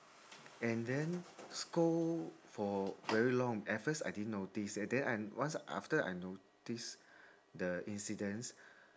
and then scold for very long at first I didn't notice and then I once after I notice the incident